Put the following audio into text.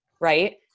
right